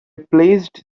placed